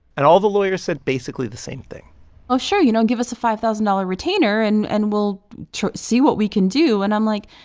and all the lawyers said basically the same thing oh, sure. you know, give us a five thousand dollars retainer, and and we'll see what we can do. and i'm like,